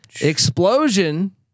explosion